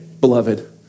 beloved